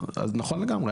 נכון לגמרי.